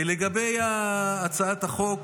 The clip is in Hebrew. לגבי הצעת החוק,